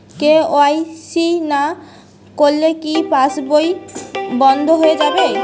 KYC না করলে কি পাশবই বন্ধ হয়ে যাবে?